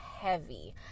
heavy